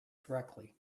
correctly